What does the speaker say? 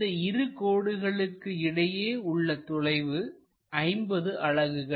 இந்த இரு கோடுகளுக்கு இடையே உள்ள தொலைவு 50 அலகுகள்